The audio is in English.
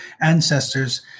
ancestors